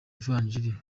ivanjili